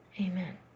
Amen